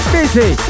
busy